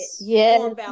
Yes